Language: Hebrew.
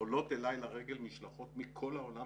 עולות אליי לרגל משלחות מכל העולם